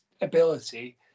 ability